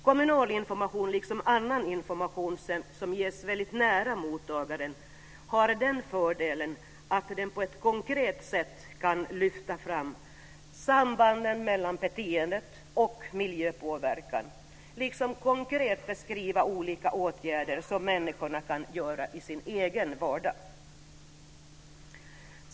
Kommunal information, liksom annan information, som ges väldigt nära mottagaren har den fördelen att den på ett konkret sätt kan lyfta fram sambanden mellan beteende och miljöpåverkan samt konkret beskriva olika åtgärder som människor kan göra i sin egen vardag.